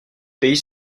pays